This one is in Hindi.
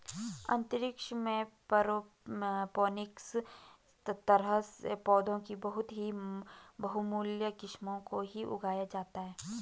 अंतरिक्ष में एरोपोनिक्स तरह से पौधों की बहुत ही बहुमूल्य किस्मों को ही उगाया जाता है